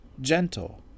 gentle